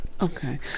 Okay